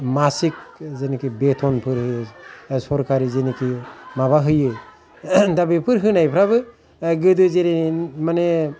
मासिक जेनेखि बेथनफोर सरखार जेनेखि माबा होयो दा बेफोर होनायफ्राबो गोदो जेरै माने